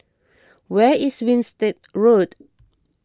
where is Winstedt Road